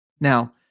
now